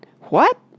What